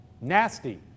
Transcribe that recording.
Nasty